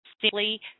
simply